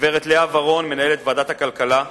גברת לאה ורון, מנהלת ועדת הכלכלה,